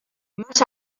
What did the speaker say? más